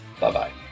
Bye-bye